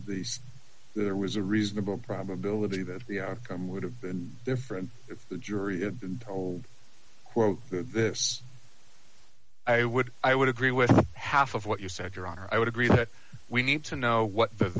these there was a reasonable probability that the outcome would have been different if the jury told quote this i would i would agree with half of what you said your honor i would agree that we need to know what the